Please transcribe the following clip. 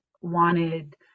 wanted